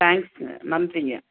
தேங்க்ஸ்ங்க நன்றிங்க